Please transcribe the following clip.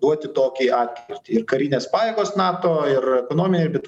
duoti tokį atkirtį ir karinės pajėgos nato ir ekonominiai ir bet